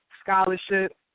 scholarship